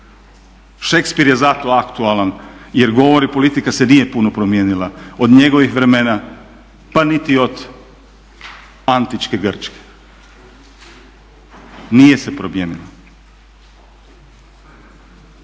Shakespeare je zato aktualan jer govori politika se nije puno promijenila od njegovih vremena pa niti od antičke Grčke nije se promijenila.